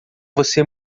você